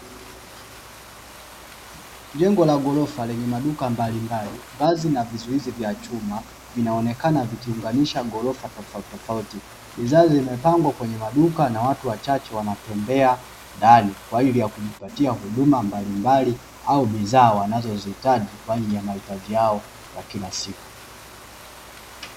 Jengo la ghorofa lenye maduka mbalimbali, ngazi na vizuizi vya chuma vinaonekana vikiunganisha ghorofa tofautitofauti, bidhaa zimepangwa kwenye maduka na watu wachache wanatembea ndani kwa ajili ya kujipatia huduma mbalimbali au bidhaa wanazozihitaji kwa ajili ya mahitaji yao ya kila siku.